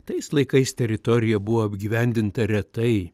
tais laikais teritorija buvo apgyvendinta retai